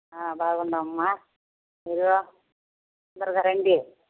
బాగున్నాం అమ్మ మీరు తొందరగా రండి